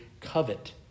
covet